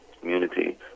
community